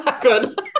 Good